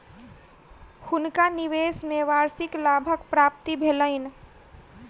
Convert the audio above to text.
हुनका निवेश में वार्षिक लाभक प्राप्ति भेलैन